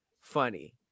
funny